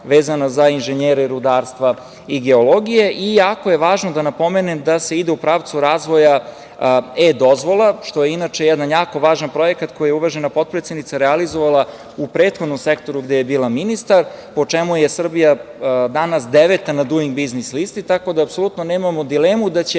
vezana za inženjere rudarstva i geologije. Jako je važno da napomenem da se ide u pravcu razvoja e-dozvola, što je inače jedan jako važan projekat koji je uvažena potpredsednica realizovala u prethodnom sektoru gde je bila ministar, po čemu je Srbija danas deveta na Duing biznis listi. Tako da apsolutno nemamo dilemu da će